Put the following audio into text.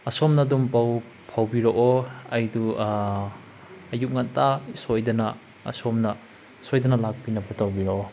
ꯑꯁꯣꯝꯅꯗꯨꯝ ꯄꯥꯎ ꯐꯥꯎꯕꯤꯔꯛꯑꯣ ꯑꯩꯗꯨ ꯑꯌꯨꯛ ꯉꯟꯇ ꯁꯣꯏꯗꯅ ꯑꯁꯣꯝꯅ ꯁꯣꯏꯗꯅ ꯂꯥꯛꯄꯤꯅꯕ ꯇꯧꯕꯤꯔꯛꯑꯣ